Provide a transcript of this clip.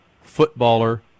footballer